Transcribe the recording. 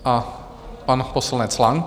A pan poslanec Lang.